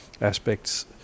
aspects